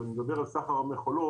ואני מדבר על סחר המכולות,